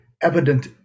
evident